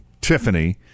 Tiffany